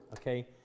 Okay